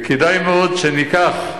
וכדאי מאוד שניקח,